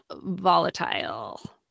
volatile